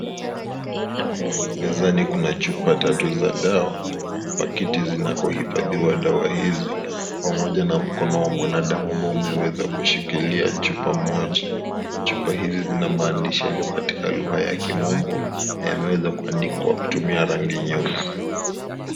Mezani kuna chupa tatu za dawa, pakiti zinakohifadhiwa dawa hizi pamoja na mkono wa mwanadamu amabo umeweza kushikilia chupa moja, chupa hizi zina maandishi yaliyo katika lugha ya kimombo na yameweza kuandikwa kutumia rangi nyeusi.